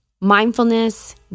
mindfulness